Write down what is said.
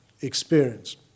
experience